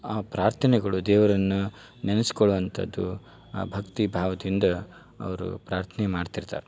ಆ ಪ್ರಾರ್ಥನೆಗಳು ದೇವರನ್ನ ನೆನಸ್ಕೊಳ್ಳುವಂಥದ್ದು ಭಕ್ತಿ ಭಾವದಿಂದ ಅವರು ಪ್ರಾರ್ಥ್ನೆ ಮಾಡ್ತಿರ್ತಾರೆ